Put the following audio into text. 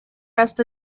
rest